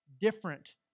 different